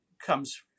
comes